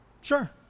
Sure